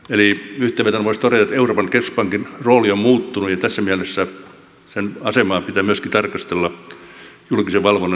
eli yhteenvetona voisi todeta että euroopan keskuspankin rooli on muuttunut ja tässä mielessä sen asemaa pitää myöskin tarkastella julkisen valvonnan näkökulmasta